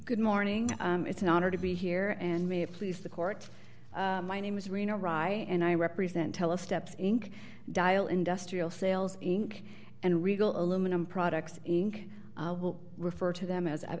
good morning it's an honor to be here and may please the court my name is reno rye and i represent telus steps inc dial industrial sales inc and regal aluminum products inc will refer to them as